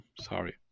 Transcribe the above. Sorry